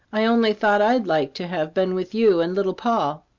i only thought i'd like to have been with you and little poll.